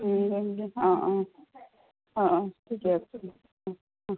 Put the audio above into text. অঁ অঁ অঁ অঁ ঠিকে আছে দিয়ক অঁ অঁ